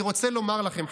אני רוצה לומר לכם,